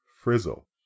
Frizzle